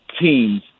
teams